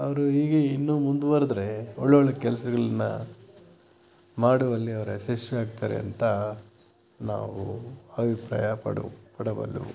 ಅವರು ಹೀಗೇ ಇನ್ನೂ ಮುಂದುವರೆದ್ರೆ ಒಳ್ಳೆ ಒಳ್ಳೆಯ ಕೆಲಸಗಳ್ನ ಮಾಡುವಲ್ಲಿ ಅವ್ರು ಯಶಸ್ವಿ ಆಗ್ತಾರೆ ಅಂತ ನಾವು ಅಭಿಪ್ರಾಯಪಡು ಪಡಬಲ್ಲೆವು